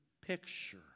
picture